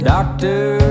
Doctor